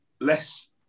less